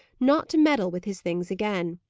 not to meddle with his things again.